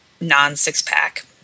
non-six-pack